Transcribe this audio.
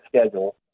schedule